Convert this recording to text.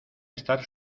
estar